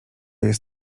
jest